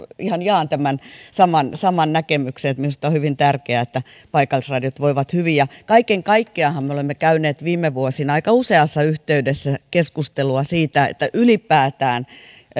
ihan tämän saman saman näkemyksen eli minusta on hyvin tärkeää että paikallisradiot voivat hyvin kaiken kaikkiaanhan me olemme käyneet viime vuosina aika useassa yhteydessä keskustelua siitä että ylipäätään